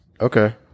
Okay